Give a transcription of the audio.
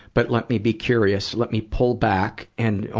but let me be curious. let me pull back and al,